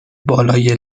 بالای